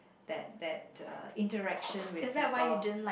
that that the interaction with people